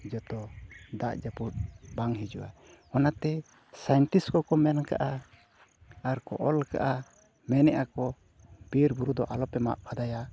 ᱡᱚᱛᱚ ᱫᱟᱜ ᱡᱟᱹᱯᱩᱫ ᱵᱟᱝ ᱦᱤᱡᱩᱜᱼᱟ ᱚᱱᱟᱛᱮ ᱥᱟᱭᱮᱱᱴᱤᱥᱴ ᱠᱚᱠᱚ ᱢᱮᱱ ᱟᱠᱟᱫᱼᱟ ᱟᱨ ᱠᱚ ᱚᱞ ᱟᱠᱟᱫᱼᱟ ᱢᱮᱱ ᱮᱜᱼᱟ ᱠᱚ ᱵᱤᱨᱼᱵᱩᱨᱩ ᱫᱚ ᱟᱞᱚᱯᱮ ᱢᱟᱜ ᱯᱷᱟᱫᱟᱭᱟ